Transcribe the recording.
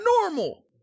normal